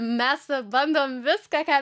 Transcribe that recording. mes bandom viską ką